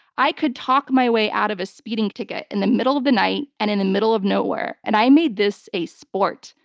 i could talk my way out of a speeding ticket in the middle of the night and in the middle of nowhere, and i made this a sport.